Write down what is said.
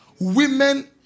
Women